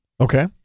Okay